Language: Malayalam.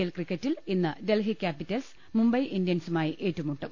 എൽ ക്രിക്കറ്റിൽ ഇന്ന് ഡൽഹി ക്യാപിറ്റൽസ് മുംബൈ ഇന്ത്യൻസുമായി ഏറ്റുമുട്ടും